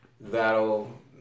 that'll